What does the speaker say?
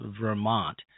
Vermont